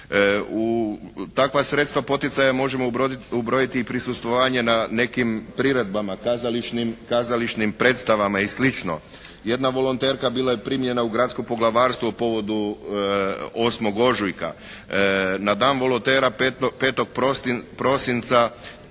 Takva sredstva poticaja možemo ubrojiti i prisustvovanje na nekim priredbama, kazališnim predstavama i slično. Jedna volonterka bila je primljena u Gradsko poglavarstvo u povodu 8. ožujka. Na dan volontera 5. prosinca